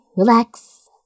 Relax